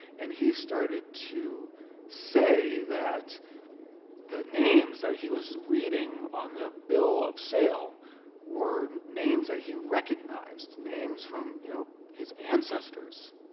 and he started to say that the names that he was reading on the bill of sale were names that he recognized, names from you know his ancestors.